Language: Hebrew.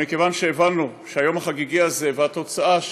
אבל מכיוון שהבנו שהיום החגיגי הזה, והתוצאה,